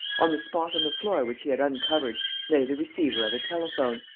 on the spot on the floor which he had uncovered lay the receiver of a telephone,